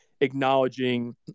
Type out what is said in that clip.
acknowledging